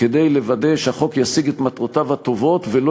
כדי לוודא שהחוק ישיג את מטרותיו הטובות ולא